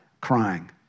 crying